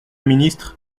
ministre